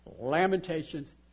Lamentations